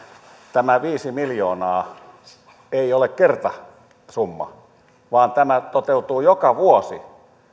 tämä viisi miljoonaa ei ole kertasumma vaan tämä toteutuu joka vuosi